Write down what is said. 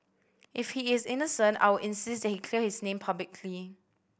if he is innocent I will insist that he clear his name publicly